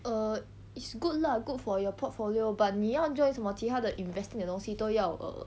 err it's good lah good for your portfolio but 你要 join 什么他的 investing 的东西都要 err